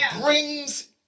brings